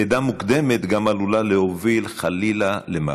לידה מוקדמת גם עלולה להוביל חלילה למוות.